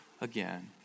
Again